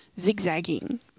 zigzagging